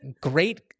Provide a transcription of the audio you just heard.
great